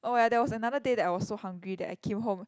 oh ya there was another day that I was so hungry that I came home